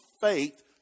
faith